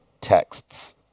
texts